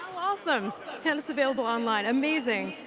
awesome and it's available online. amazing.